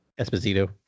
Esposito